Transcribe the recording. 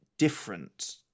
Different